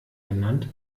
genannt